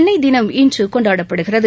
சென்னை தினம் இன்று கொண்டாடப்படுகிறது